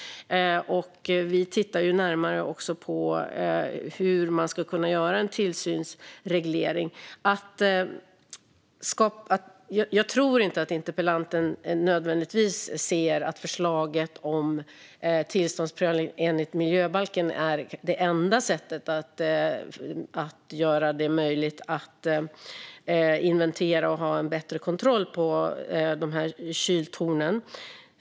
Vi tittar också närmare på hur man ska kunna göra en tillsynsreglering. Jag tror inte att interpellanten nödvändigtvis ser förslaget om tillståndsprövning enligt miljöbalken som det enda sättet att göra det möjligt att inventera och ha en bättre kontroll på kyltornen.